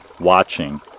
watching